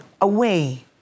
away